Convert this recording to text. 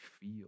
feel